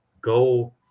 go